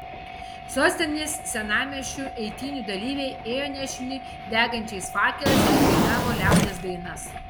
sostinės senamiesčiu eitynių dalyviai ėjo nešini degančiais fakelais ir dainavo liaudies dainas